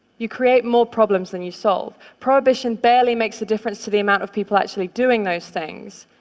you create more problems than you solve. prohibition barely makes a difference to the amount of people actually doing those things.